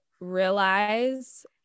realize